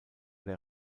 der